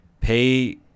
Pay